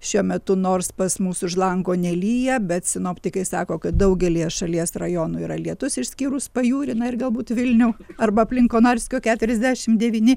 šiuo metu nors pas mus už lango nelyja bet sinoptikai sako kad daugelyje šalies rajonų yra lietus išskyrus pajūrį na ir galbūt vilnių arba aplink konarskio keturiasdešimt devyni